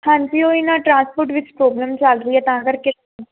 ਹਾਂਜੀ ਉਹੀ ਨਾ ਟ੍ਰਾਂਸਪੋਰਟ ਵਿੱਚ ਪ੍ਰੋਬਲਮ ਚੱਲ ਰਹੀ ਹ ਤਾਂ ਕਰਕੇ